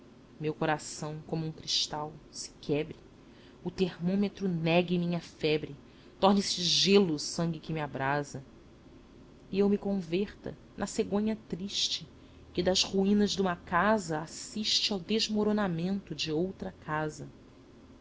meu coração como um crital se quebre o termômetro negue minha febre torne se gelo o sangue que me abrase e eu me converta na cegonha triste que das ruínas duma cassa assiste ao desmoronamento de outra casa